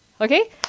Okay